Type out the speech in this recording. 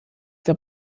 der